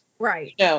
Right